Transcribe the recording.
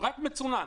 רק מצונן,